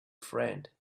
friend